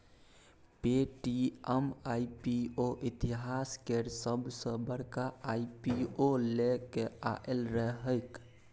Paytm IPO इतिहास केर सबसॅ बड़का आई.पी.ओ लए केँ आएल रहैक